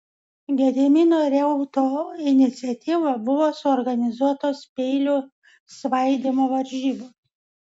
gedimino reuto iniciatyva buvo suorganizuotos peilių svaidymo varžybos